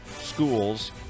schools